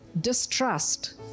distrust